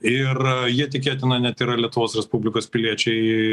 ir jie tikėtina net yra lietuvos respublikos piliečiai